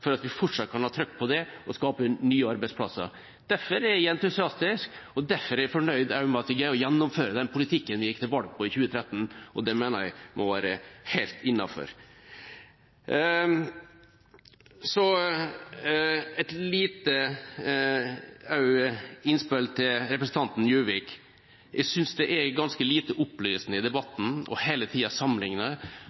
for at vi fortsatt kan ha trykk på det å skape nye arbeidsplasser. Derfor er jeg entusiastisk, og derfor er jeg også fornøyd med at vi greier å gjennomføre den politikken vi gikk til valg på i 2013. Det mener jeg må være helt innafor. Så et lite innspill til representanten Juvik. Jeg synes det er ganske lite opplysende i